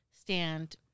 stand